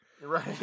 Right